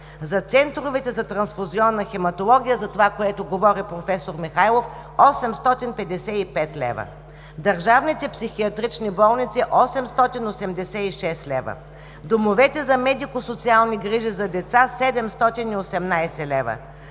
за центровете за трансфузионна хематология – за това, което говори професор Михайлов – 855 лв.; държавните психиатрични болници – 886 лв.; домовете за медико-социални грижи за деца – 718 лв.;